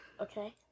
Okay